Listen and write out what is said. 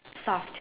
soft